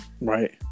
Right